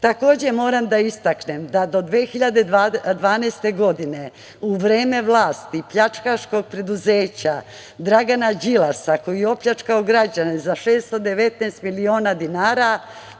dece. Takođe, moram da istaknem da do 2012. godine u vreme vlasti pljačkaškog preduzeća Dragana Đilasa, koji je opljačkao građane za 619 miliona dinara,